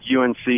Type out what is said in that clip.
UNC